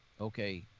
Okay